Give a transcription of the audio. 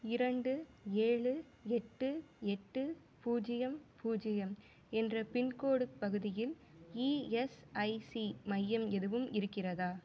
இரண்டு ஏழு எட்டு எட்டு பூஜ்ஜியம் பூஜ்ஜியம் என்ற பின்கோடு பகுதியில் இஎஸ்ஐசி மையம் எதுவும் இருக்கிறதா